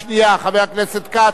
חבר הכנסת כץ,